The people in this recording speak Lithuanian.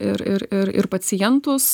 ir ir ir ir pacientus